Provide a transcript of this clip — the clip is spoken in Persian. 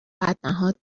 بدنهاد